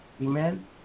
Amen